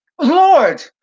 Lord